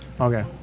okay